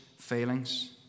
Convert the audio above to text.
failings